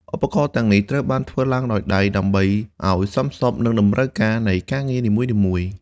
ឧបករណ៍ទាំងនេះត្រូវបានធ្វើឡើងដោយដៃដើម្បីឱ្យសមស្របនឹងតម្រូវការនៃការងារនីមួយៗ។